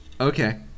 Okay